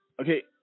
Okay